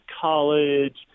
college